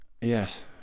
Yes